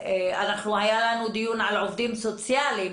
והיה לנו דיון על עובדים סוציאליים,